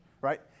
right